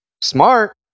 smart